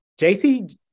JC